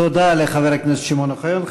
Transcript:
תודה לחבר הכנסת שמעון אוחיון.